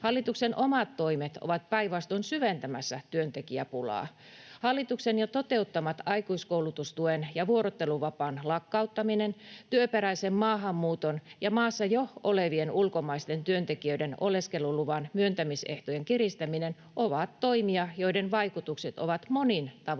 Hallituksen omat toimet ovat päinvastoin syventämässä työntekijäpulaa. Hallituksen jo toteuttamat aikuiskoulutustuen ja vuorotteluvapaan lakkauttaminen sekä työperäisen maahanmuuton ja maassa jo olevien ulkomaisten työntekijöiden oleskeluluvan myöntämisehtojen kiristäminen ovat toimia, joiden vaikutukset ovat monin tavoin